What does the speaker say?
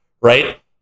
right